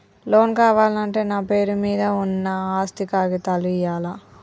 Loan కావాలంటే నా పేరు మీద ఉన్న ఆస్తి కాగితాలు ఇయ్యాలా?